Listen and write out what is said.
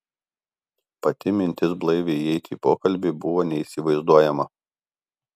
pati mintis blaiviai eiti į pokalbį buvo neįsivaizduojama